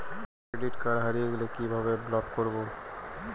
Credit card হারিয়ে গেলে কি ভাবে ব্লক করবো?